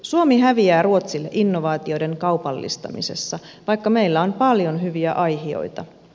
suomi häviää ruotsille innovaatioiden kaupallistamisessa vaikka meillä on paljon hyviä aihioita